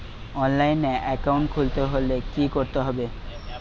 অনলাইনে একাউন্ট খুলতে হলে কি করতে হবে?